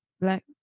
Black